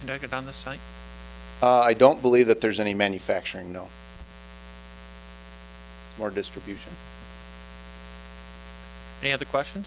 noted on the site i don't believe that there's any manufacturing no more distribution and the question